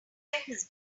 his